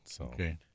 Okay